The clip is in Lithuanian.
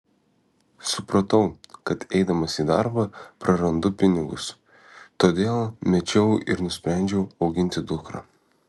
supratau kad eidamas į darbą prarandu pinigus todėl mečiau ir nusprendžiau auginti dukrą